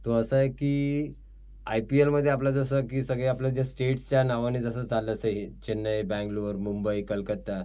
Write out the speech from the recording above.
तो असा आहे की आय पी एलमध्ये आपलं जसं की सगळे आपले ज्या स्टेट्सच्या नावाने जसं चालायचं हे चेन्नई बँगलोर मुंबई कलकत्ता